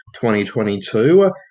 2022